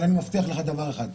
אבל אני מבטיח לך דבר אחד.